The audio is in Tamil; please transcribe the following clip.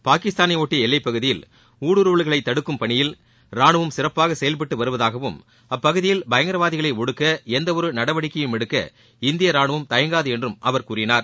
பாகிஸ்தானையொட்டிய எல்லைப்பகுதியில் ஊடுருவல்களை தடுக்கும் பணியில் ரானுவம் சிறப்பாக செயல்பட்டு வருவதாகவும் அப்பகுதியில் பயங்கரவாத ஒடுக்க எந்தவொரு நடவடிக்கையையும் எடுக்க இந்திய ரானுவம் தயங்காது என்று அவர் கூறினார்